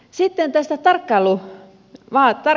sitten tästä tarkkailuhaalarista